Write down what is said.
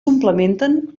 complementen